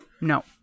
No